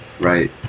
right